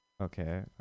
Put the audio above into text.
okay